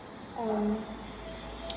um